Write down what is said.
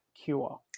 cure